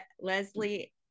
Leslie